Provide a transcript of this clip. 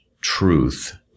truth